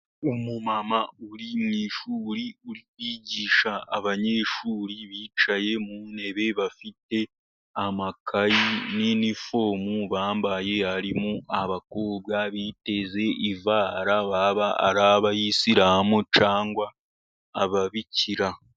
Umu mama uri mu ishuri uri kwigisha abanyeshuri bicaye mu ntebe bafite amakayi nini fomu bambaye, harimo abakobwa biteze ivara baba ari abayisiramu cyangwa ababikira.